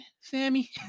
Sammy